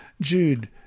Jude